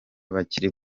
bakiri